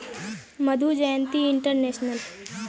Madhu Jayanti international